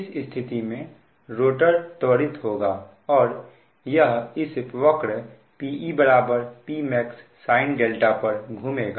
इस स्थिति में रोटर त्वरित होगा और यह इस वक्र Pe Pmax sin δ पर घूमेगा